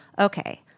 Okay